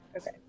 Okay